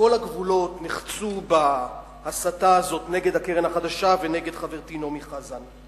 וכל הגבולות נחצו בהסתה הזאת נגד הקרן החדשה ונגד חברתי נעמי חזן.